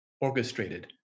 orchestrated